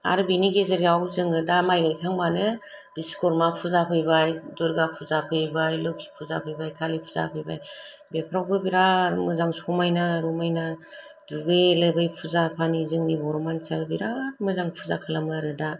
आरो बेनि गेजेराव जोङो दा माइ गायखांबानो बिस'खुरमा फुजा फैबाय दुरगा फुजा फैबाय लोखि फुजा फैबाय कालि फुजा फैबाय बेफ्रावबो बिरात मोजां समायना रमायना दुगैयो लोबै फुजा फानि जोंनि बर' मानसिया बिरात मोजां फुजा खालामो आरो दा